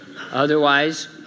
Otherwise